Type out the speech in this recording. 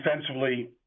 defensively